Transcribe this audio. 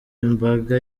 imbaga